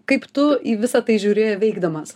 kaip tu į visa tai žiūri veikdamas